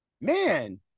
Man